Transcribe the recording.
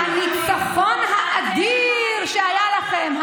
הניצחון האדיר שהיה לכם,